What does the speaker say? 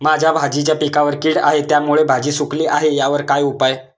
माझ्या भाजीच्या पिकावर कीड आहे त्यामुळे भाजी सुकली आहे यावर काय उपाय?